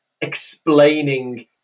explaining